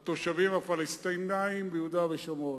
אלא מול התושבים הפלסטינים ביהודה ושומרון,